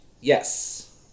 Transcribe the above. Yes